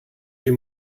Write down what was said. dem